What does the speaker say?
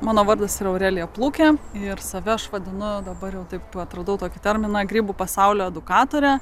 mano vardasyrar aurelija plukė ir save aš vadinu dabar jau taip atradau tokį terminą grybų pasaulio edukatore